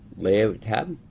layout tab.